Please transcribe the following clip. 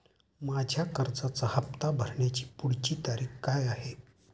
माझ्या कर्जाचा हफ्ता भरण्याची पुढची तारीख काय आहे?